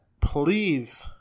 please